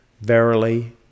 Verily